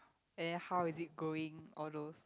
and how is it going all those